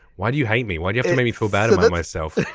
why do you hate me why do you make me feel bad about myself.